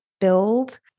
build